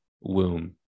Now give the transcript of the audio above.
womb